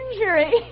injury